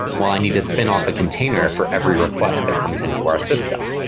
well, i need to spin off a container for every request that comes into our system.